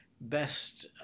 best